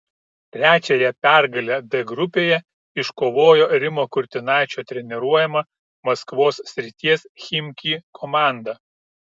trečiąją pergalę d grupėje iškovojo rimo kurtinaičio treniruojama maskvos srities chimki komanda